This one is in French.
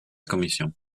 commission